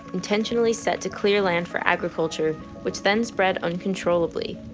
intentionally set to clear land for agriculture, which then spread uncontrollably.